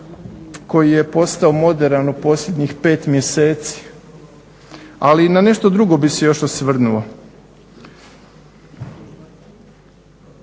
koji je postao moderan u posljednjih 5 mjeseci. Ali i na nešto drugo bih se još osvrnuo.